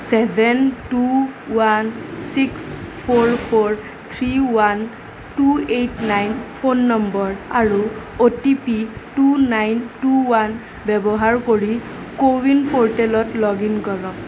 seven two one six four four three one two eight nine phone number আৰু O T P two nine two one ব্যৱহাৰ কৰি CoWIN প'ৰ্টেলত log in কৰক